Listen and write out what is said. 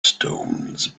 stones